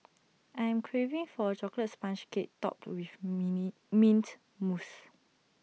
I am craving for A Chocolate Sponge Cake Topped with mini Mint Mousse